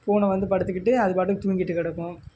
பூனை வந்து படுத்துக்கிட்டு அது பாட்டுக்கு தூங்கிகிட்டு கிடக்கும்